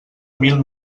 mil